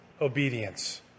Obedience